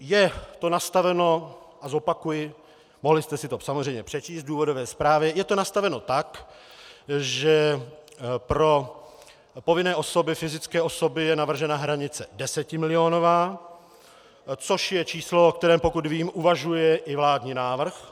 Je to nastaveno, a zopakuji, mohli jste si to samozřejmě přečíst v důvodové zprávě, je to nastaveno tak, že pro povinné fyzické osoby je navržena hranice desetimilionová, což je číslo, o kterém, pokud vím, uvažuje i vládní návrh.